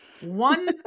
One